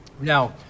Now